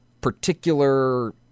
particular